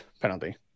penalty